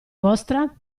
vostra